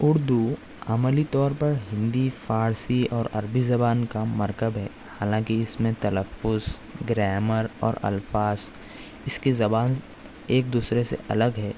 اردو عملی طور پر ہندی فارسی اور عربی زبان کا مرکب ہے حالانکہ اس میں تلفظ گرامر اور الفاظ اس کی زبان ایک دوسرے سے الگ ہے